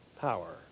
Power